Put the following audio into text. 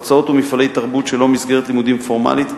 הרצאות ומפעלי תרבות שלא במסגרת לימודים פורמלית,